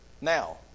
now